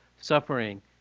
suffering